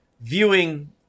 viewing